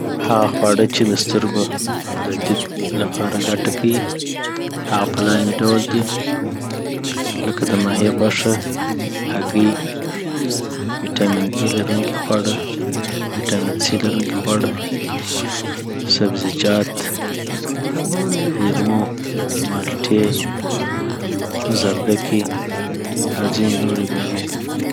هغه خواړه چي د سترګو د دید لپاره ګټه کیی هغه په لاندی ډول دي اې لکه دماهي، غوښه، هګې، دویټامین سي لرونکي خواړه، ویټامین لرونکي خواړه، سبزیجات، اولیمو، مالټې، زردکې، اوځینې نورې مېوې